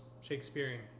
Shakespearean